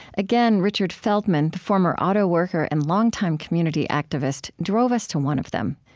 again, richard feldman, the former autoworker and longtime community activist, drove us to one of them.